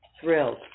thrilled